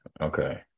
okay